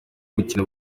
gukina